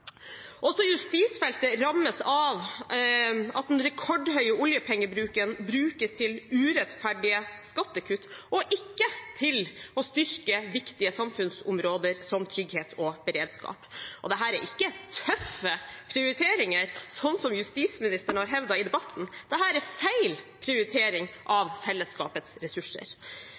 rekordhøye oljepengebruken går til urettferdige skattekutt og ikke til å styrke viktige samfunnsområder som trygghet og beredskap. Dette er ikke tøffe prioriteringer, slik justisministeren har hevdet i debatten. Dette er feil prioriteringer av fellesskapets ressurser.